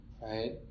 right